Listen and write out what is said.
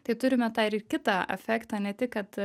tai turime tą ir kitą afektą ne tik kad